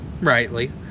rightly